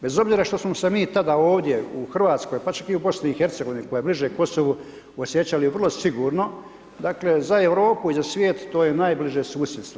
Bez obzira što smo se mi tada ovdje u Hrvatskoj pa čak i u BiH-u koja je bliže Kosovu, osjećali vrlo sigurno, dakle za Europu i za svijet to je najbliže susjedstvo.